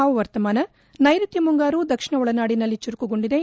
ಹವಾಮಾನ ನೈಋತ್ವ ಮುಂಗಾರು ದಕ್ಷಿಣ ಒಳನಾಡಿನಲ್ಲಿ ಚುರುಕುಗೊಂಡಿದೆ